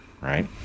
right